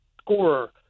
scorer